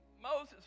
Moses